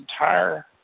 entire